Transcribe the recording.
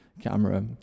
camera